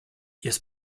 jest